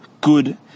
good